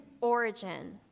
origin